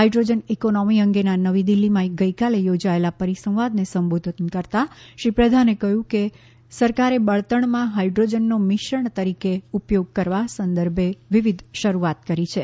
hydrogen economy અંગેના નવી દિલ્હીમાં ગઈકાલે યોજાયેલા પરિસંવાદને સંબોધન કરતાં શ્રી પ્રધાને કહ્યું કે સરકારે બળતણમાં હાઇડ્રોજનનો મિશ્રણ તરીકે ઉપયોગ કરવા સંદર્ભે વિવિધ શરૂઆત કરી છે